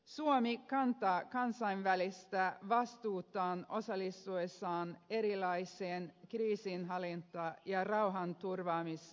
suomi kantaa kansainvälistä vastuutaan osallistuessaan erilaiseen kriisinhallinta ja rauhanturvaamistoimintaan